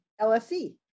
LSE